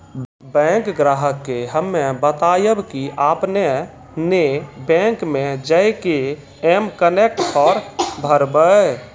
bank ग्राहक के हम्मे बतायब की आपने ने बैंक मे जय के एम कनेक्ट फॉर्म भरबऽ